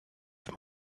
them